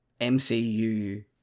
MCU